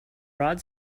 rod